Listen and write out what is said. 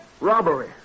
Robbery